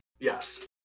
Yes